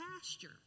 pasture